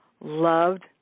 loved